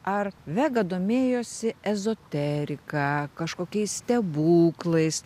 ar vega domėjosi ezoterika kažkokiais stebuklais